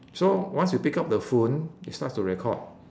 so once we pick up the phone it starts to record